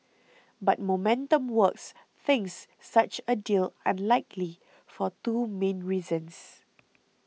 but Momentum Works thinks such a deal unlikely for two main reasons